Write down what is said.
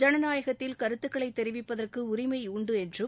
ஜனநாயகத்தில் கருத்துக்களைத் தெரிவிப்பதற்கு உரிமை உண்டு என்றும்